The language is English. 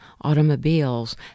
automobiles